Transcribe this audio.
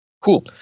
Cool